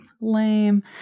lame